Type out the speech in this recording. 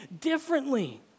differently